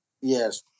Yes